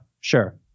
sure